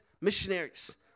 missionaries